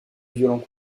violents